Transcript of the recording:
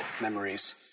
memories